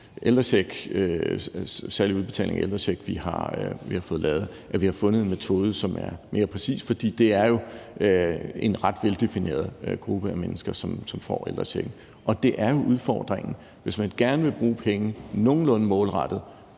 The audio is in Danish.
med den særlige udbetaling af ældrecheck har fundet en metode, som er mere præcis, for det er jo en ret veldefineret gruppe af mennesker, som får ældrechecken. Og det er jo udfordringen: Hvis man gerne vil bruge penge nogenlunde målrettet